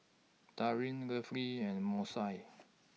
Darin Lovely and Moesha